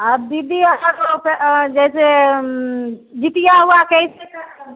आ दिद्दी आओर ककरोके जैसे जितिया हुआँ कैसे क्या करे